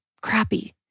crappy